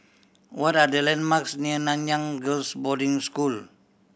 what are the landmarks near Nanyang Girls' Boarding School